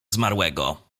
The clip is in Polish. zmarłego